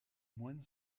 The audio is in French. moines